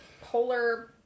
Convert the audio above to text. polar